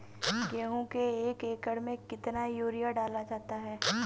गेहूँ के एक एकड़ में कितना यूरिया डाला जाता है?